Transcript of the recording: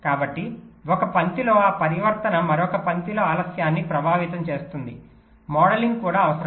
కాబట్టి ఒక పంక్తిలో ఆ పరివర్తన మరొక పంక్తిలో ఆలస్యాన్ని ప్రభావితం చేస్తుంది మోడలింగ్ కూడా అవసరం